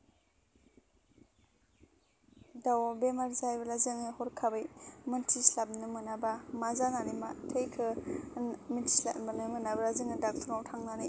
दाउआ बेमार जायोब्ला जोङो हरखाबै मोनथिस्लाबनो मोनाबा मा जानानै मा थैखो होन मोनथिया मोनाबा जोङो डाक्टरनाव थांनानै